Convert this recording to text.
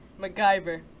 MacGyver